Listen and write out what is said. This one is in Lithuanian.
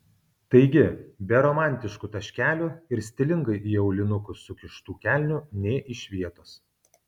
taigi be romantiškų taškelių ir stilingai į aulinukus sukištų kelnių nė iš vietos